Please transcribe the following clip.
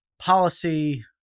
policy